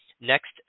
Next